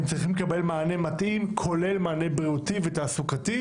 הם צריכים לקבל מענה מתאים כולל מענה בריאותי ותעסוקתי,